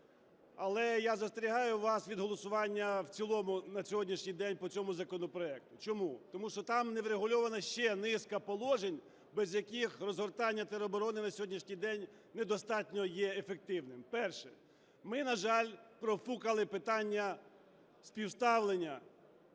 Але я застерігаю вас від голосування в цілому на сьогоднішній день по цьому законопроекту. Чому? Тому що там не врегульована ще низка положень, без яких розгортання тероборони на сьогоднішній день недостатньо є ефективним. Перше. Ми, на жаль, профукали питання співставлення,